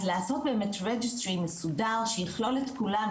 אז לעשות באמת registry מסודר שיכלול את כולנו,